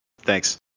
Thanks